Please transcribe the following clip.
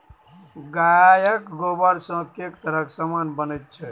गायक गोबरसँ कैक तरहक समान बनैत छै